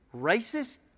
racist